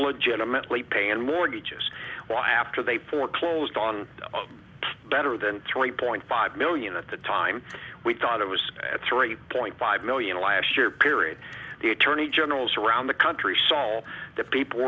legitimately pay and mortgages why after they foreclosed on the better than three point five million at the time we thought it was three point five million last year period the attorney general's around the country saw all the people